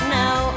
now